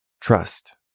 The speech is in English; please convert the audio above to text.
Trust